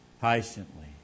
patiently